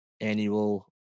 annual